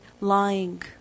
Lying